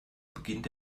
beginnt